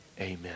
Amen